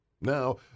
Now